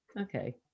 Okay